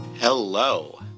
Hello